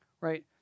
right